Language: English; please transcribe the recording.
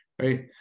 right